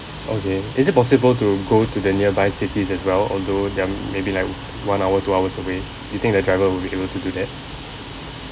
okay is it possible to go to the nearby cities as well although them maybe like one hour two hours away you think the driver will be able to do that